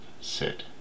sit